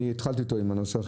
והתחלתי אותו עם נושא החשמול.